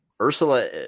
Ursula